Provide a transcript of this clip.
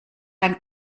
ein